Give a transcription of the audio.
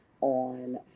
on